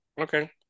Okay